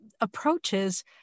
approaches